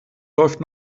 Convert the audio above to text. läuft